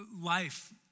life